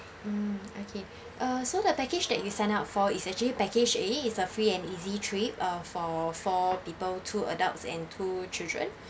mm okay the package that you send out for it's actually package A it's a free and easy trip uh for four for people two adults and two children